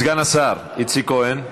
סגן השר איציק כהן,